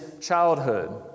childhood